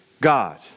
God